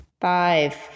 Five